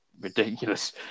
ridiculous